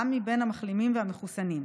גם מבין המחלימים והמחוסנים,